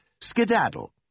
skedaddle